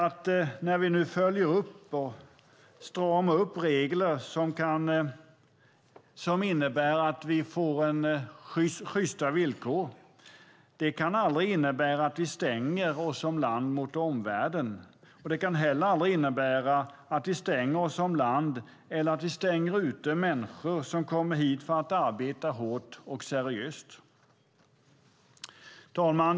Att vi nu följer upp och stramar upp regler som innebär att vi får sjysta villkor kan aldrig innebära att vi som land stänger oss mot omvärlden. Det kan heller aldrig innebära att vi stänger oss som land eller stänger ute människor som kommer hit för att arbeta hårt och seriöst. Fru talman!